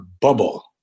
bubble